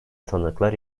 tanıklar